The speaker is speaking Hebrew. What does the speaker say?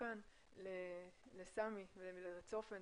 חברי וחברותיי.